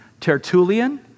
Tertullian